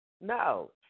No